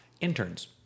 Interns